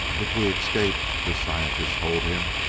if we escape, the scientist told him,